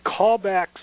callbacks